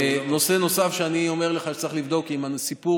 נושא נוסף שאני אומר לך שצריך לבדוק: אם הסיפור